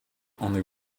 only